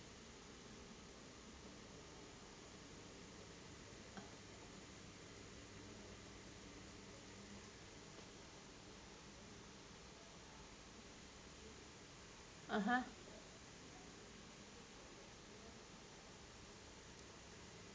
(uh huh)